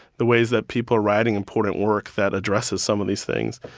the ways that people are writing important work that addresses some of these things.